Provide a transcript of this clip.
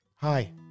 hi